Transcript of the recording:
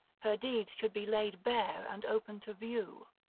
her deeds should be laid bare and open to view.